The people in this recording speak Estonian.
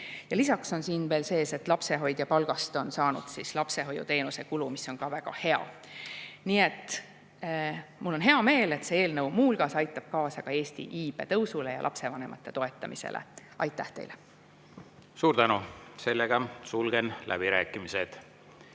lisaks on siin veel sees, et lapsehoidja palgast on saanud lapsehoiuteenuse kulu, mis on ka väga hea. Nii et mul on hea meel, et see eelnõu muu hulgas aitab kaasa Eesti iibe tõusule ja lapsevanemate toetamisele. Aitäh teile! Suur tänu! Sulgen läbirääkimised.